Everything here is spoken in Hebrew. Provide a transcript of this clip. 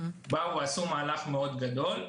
עשו מהלך גדול מאוד.